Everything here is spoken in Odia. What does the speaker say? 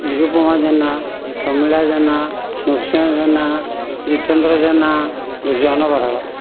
ବିଜୟ କୁମାର ଜେନା ପ୍ରମିଳା ଜେନା ନୃସିଂହ ଜେନା ଜିତେନ୍ଦ୍ର ଜେନା ଦୁର୍ଯ୍ୟଧନ ବରାଳ